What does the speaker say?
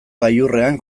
gailurrean